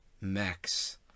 Max